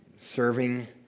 serving